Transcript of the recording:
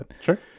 Sure